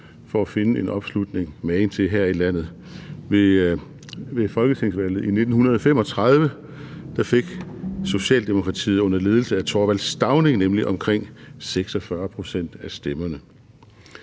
for at finde en opslutning magen til her i landet. Ved folketingsvalget i 1935 fik Socialdemokratiet under ledelse af Thorvald Stauning nemlig omkring 46 pct. af stemmerne.